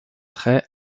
trait